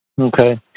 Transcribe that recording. Okay